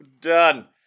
Done